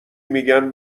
میگن